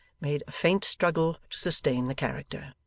made a faint struggle to sustain the character.